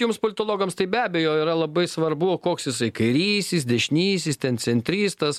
jums politologams tai be abejo yra labai svarbu koks jisai kairysis dešinysis ten centristas